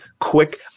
quick